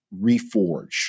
reforge